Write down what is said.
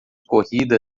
corrida